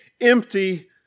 empty